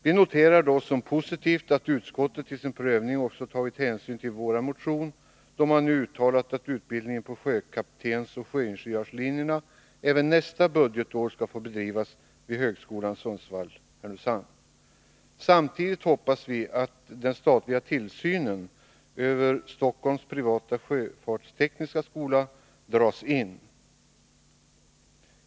Vi noterar som positivt att utskottet i sin prövning också tagit hänsyn till vår motion, då man nu uttalar att utbildning på sjökaptensoch sjöingenjörslinjerna även nästa budgetår skall få bedrivas vid högskolan i Sundsvall/ Härnösand. Samtidigt hoppas vi att den statliga tillsynen över Stockholms privata sjöfartstekniska skola dras in.